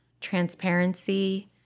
transparency